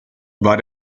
war